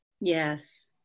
Yes